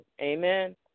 Amen